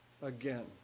again